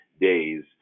days